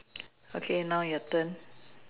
okay now your turn